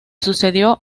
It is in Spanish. sucedió